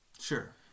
Sure